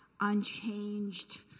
unchanged